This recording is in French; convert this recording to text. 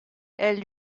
elle